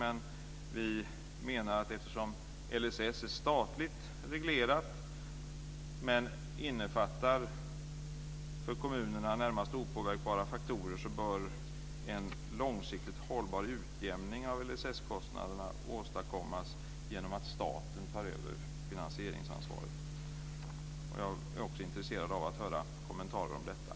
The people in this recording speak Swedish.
Men vi menar att eftersom LSS är statligt reglerad, men innefattar för kommunerna närmast opåverkbara faktorer, bör en långsiktigt hållbar utjämning av LSS-kostnaderna åstadkommas genom att staten tar över finansieringsansvaret. Jag är också intresserad av att höra kommentarer om detta.